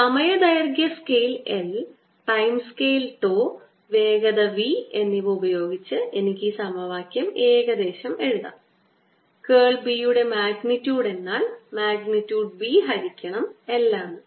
അതിനാൽ സമയ ദൈർഘ്യ സ്കെയിൽ l ടൈം സ്കെയിൽ τ വേഗത v എന്നിവ ഉപയോഗിച്ച് എനിക്ക് ഈ സമവാക്യം ഏകദേശം എഴുതാം കേൾ B യുടെ മാഗ്നിറ്റ്യൂഡ് എന്നാൽ മാഗ്നിറ്റ്യൂഡ് B ഹരിക്കണം l ആണ്